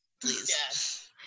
please